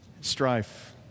strife